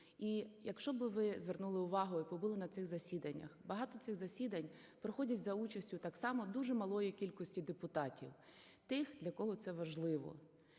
і якщо би ви звернули увагу і побули на цих засіданнях, багато цих засідань проходять за участю так само дуже малої кількості депутатів - тих, для кого це важливо.